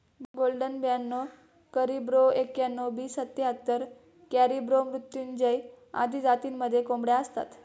golden ब्याणव करिब्रो एक्याण्णण, B सत्याहत्तर, कॅरिब्रो मृत्युंजय आदी जातींमध्येही कोंबड्या असतात